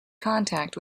contact